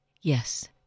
Yes